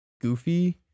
goofy